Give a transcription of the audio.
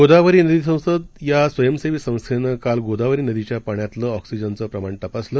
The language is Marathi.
गोदावरी नदी संसद या स्वयंसेवी संस्थेनं काल गोदावरी नदीच्या पाण्यातलं ऑक्सिजनचं प्रमाण तपासलं